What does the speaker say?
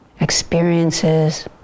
experiences